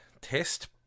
test